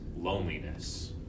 loneliness